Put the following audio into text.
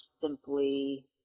simply